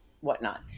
whatnot